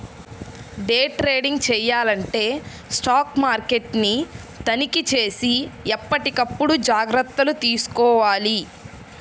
day trading చెయ్యాలంటే stock మార్కెట్ని తనిఖీచేసి ఎప్పటికప్పుడు జాగర్తలు తీసుకోవాలి